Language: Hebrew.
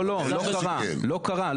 לא, לא, לא קרה.